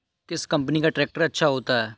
किस कंपनी का ट्रैक्टर अच्छा होता है?